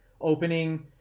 Opening